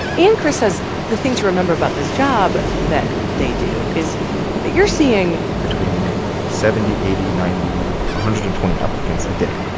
and chris says the thing to remember about this job that they do is that you're seeing. between seventy, eighty, ninety, one ah hundred and twenty applicants a day,